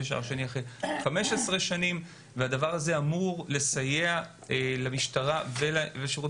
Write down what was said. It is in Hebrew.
שער שני אחרי 15 שנים והדבר הזה אמור לסייע למשטרה ולשירות